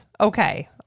Okay